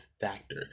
factor